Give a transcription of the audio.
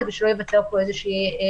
כדי שלא תיווצר פה אי התאמה.